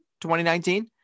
2019